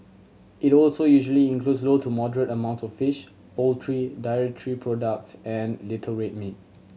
it also usually includes low to moderate amount of fish poultry dairy products and little red meat